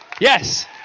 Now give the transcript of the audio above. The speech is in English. Yes